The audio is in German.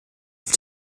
auf